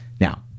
Now